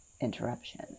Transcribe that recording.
interruption